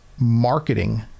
marketing